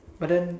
but then